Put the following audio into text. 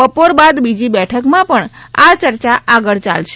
બપોર બાદ બીજી બેઠકમાં પણ આ ચર્ચા આગળ ચાલશે